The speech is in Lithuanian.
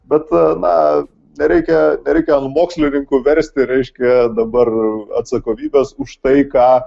bet na nereikia reikia ant mokslininkų versti reiškia dabar atsakomybes už tai ką